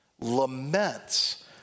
laments